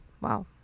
Wow